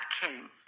King